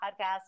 podcast